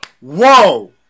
whoa